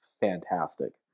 fantastic